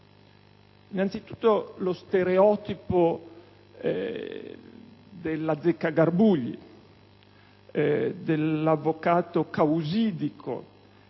innanzitutto lo stereotipo dell'azzeccagarbugli, dell'avvocato causidico